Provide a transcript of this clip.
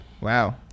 Wow